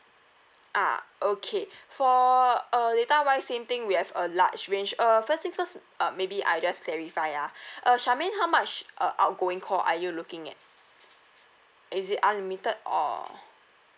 ah okay for uh data wise same thing we have a large range uh first things first uh maybe I just clarify ah uh shermaine how much uh outgoing call are you looking at is it unlimited or